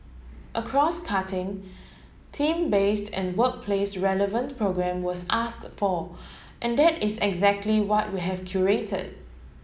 a crosscutting theme based and workplace relevant programme was asked for and that is exactly what we have curated